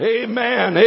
amen